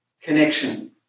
connection